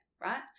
Right